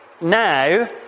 now